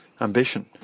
ambition